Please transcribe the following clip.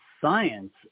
science